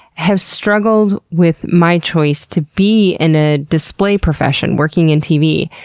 have struggled with my choice to be in a display profession, working in tv.